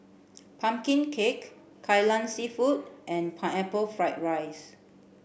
Pumpkin Cake Kai Lan Seafood and Pineapple Fried Rice